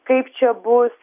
kaip čia bus